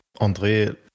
André